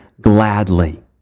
gladly